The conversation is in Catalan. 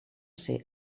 ser